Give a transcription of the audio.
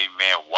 Amen